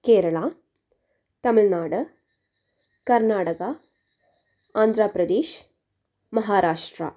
Keralam Tamil Nadu Karnataka Andhra Pradesh Maharashtra